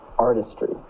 artistry